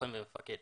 כלוחם ומפקד.